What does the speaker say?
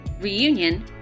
reunion